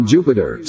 Jupiter